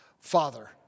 Father